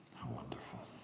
wonderful!